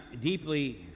deeply